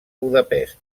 budapest